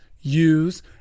use